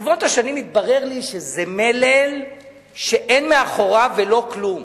ברבות השנים התברר לי שזה מלל שאין מאחוריו ולא כלום,